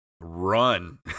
run